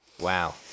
Wow